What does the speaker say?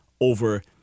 over